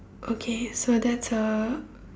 okay so that's a